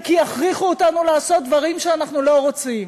וכי יכריחו אותנו לעשות דברים שאנחנו לא רוצים.